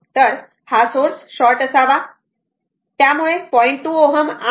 तर हा source short असावा आणि हा सोर्स शॉर्ट असावा